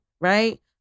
right